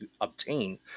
obtain